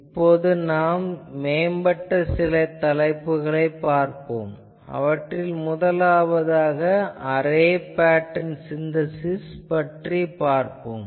இப்போது நாம் மேம்பட்ட சில தலைப்புகளைக் காணலாம் அவற்றில் முதலாவதாக அரே பேட்டர்ன் சின்தசிஸ் பற்றி பார்ப்போம்